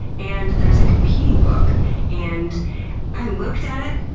and there's a competing book and i looked at it.